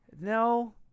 no